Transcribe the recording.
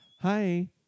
Hi